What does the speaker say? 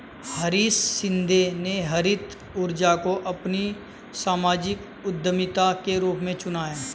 हरीश शिंदे ने हरित ऊर्जा को अपनी सामाजिक उद्यमिता के रूप में चुना है